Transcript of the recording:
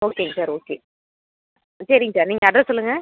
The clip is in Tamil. ஓகேங்க சார் ஓகே சரிங்க சார் நீங்கள் அட்ரஸ் சொல்லுங்கள்